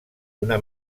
una